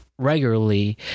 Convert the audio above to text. regularly